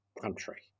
country